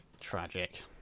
Tragic